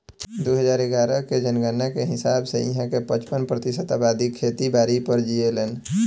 दू हजार इग्यारह के जनगणना के हिसाब से इहां के पचपन प्रतिशत अबादी खेती बारी पर जीऐलेन